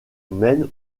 mène